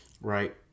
right